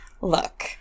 Look